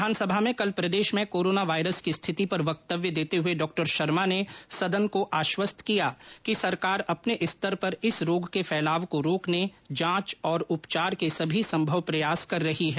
विधानसभा में कल प्रदेश में कोरोना वायरस की स्थिति पर वक्तव्य देते हए डॉ शर्मा ने सदन को आश्वस्त किया कि सरकार अपने स्तर पर इस रोग के फैलाव को रोकने जांच और उपचार के सभी संभव प्रयास कर रही है